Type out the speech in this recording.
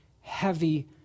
heavy